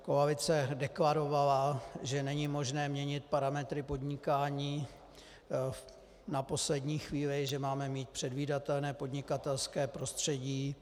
Koalice deklarovala, že není možné měnit parametry podnikání na poslední chvíli, že máme mít předvídatelné podnikatelské prostředí.